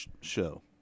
show